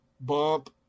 bump